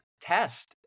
test